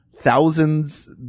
thousands